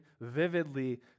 vividly